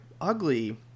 ugly